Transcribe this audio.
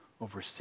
over